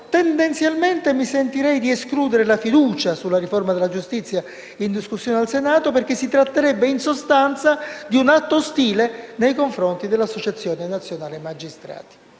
tendenzialmente si sentiva di escludere la fiducia sulla riforma della giustizia in discussione al Senato, perché si sarebbe trattato, in sostanza, di un atto ostile nei confronti dell'Associazione nazionale magistrati.